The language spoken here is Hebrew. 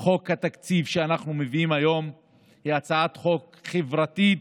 חוק התקציב שאנחנו מביאים היום היא הצעת חוק חברתית,